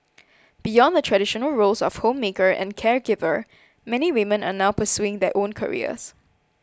beyond the traditional roles of homemaker and caregiver many women are now pursuing their own careers